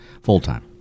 full-time